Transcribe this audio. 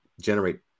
generate